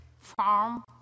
farm